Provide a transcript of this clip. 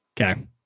Okay